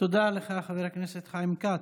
תודה לך, חבר הכנסת חיים כץ.